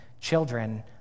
children